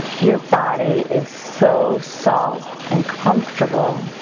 your body is so soft and comfortable.